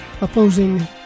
opposing